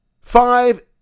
Five